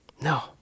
No